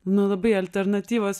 nu labai alternatyvos